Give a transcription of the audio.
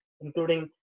including